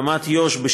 קמ"ט יו"ש הסיר,